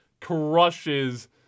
crushes